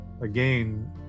again